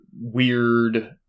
weird